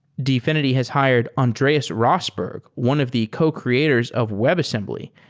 dfinity has hired andreas rossberg, one of the co-creators of webassembly,